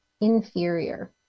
inferior